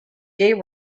gay